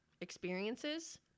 experiences